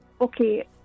okay